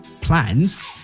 plans